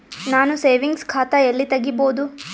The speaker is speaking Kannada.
ನಾನು ಸೇವಿಂಗ್ಸ್ ಖಾತಾ ಎಲ್ಲಿ ತಗಿಬೋದು?